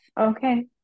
Okay